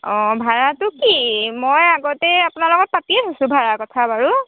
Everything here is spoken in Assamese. অঁ ভাড়াটো কি মই আগতে আপোনাৰ লগত পাতিয়ে থৈছোঁ ভাড়াৰ কথা বাৰু